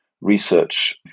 research